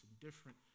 different